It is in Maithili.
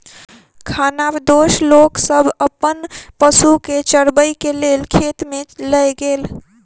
खानाबदोश लोक सब अपन पशु के चरबै के लेल खेत में लय गेल